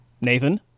Nathan